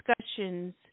discussions